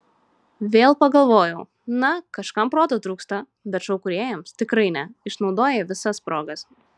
vėl pagalvojau na kažkam proto trūksta bet šou kūrėjams tikrai ne išnaudoja visas progas